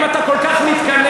אם אתה כל כך מתקנא,